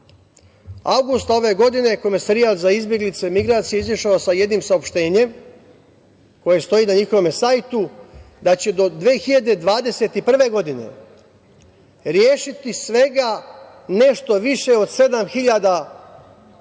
Avgusta ove godine je Komesarijat za izbeglice i migracije izašao sa jednim saopštenjem koje stoji na njihovom sajtu, da će do 2021. godine rešiti svega nešto više od 7000 prognanih